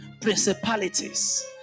principalities